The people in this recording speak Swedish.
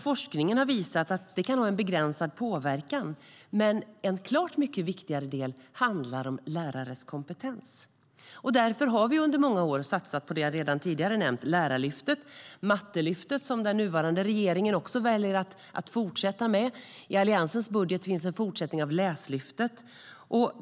Forskningen har visat att det kan ha en begränsad påverkan, men en klart mycket viktigare del handlar om lärares kompetens. Därför har vi under många år satsat på Lärarlyftet som jag redan har nämnt och på Mattelyftet, som den nuvarande regeringen väljer att fortsätta med. I Alliansens budget finns en fortsättning av Läslyftet.